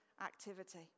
activity